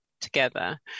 together